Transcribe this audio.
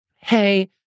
Hey